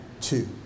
two